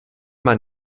man